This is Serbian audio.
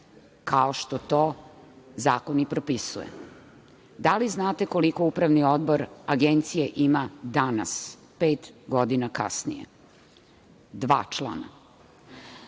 kao što to zakon propisuje. Da li znate koliko Upravni odbor Agencije ima danas, pet godina kasnije? Dva člana.